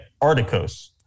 articos